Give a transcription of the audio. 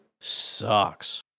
sucks